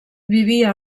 vivia